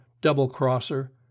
double-crosser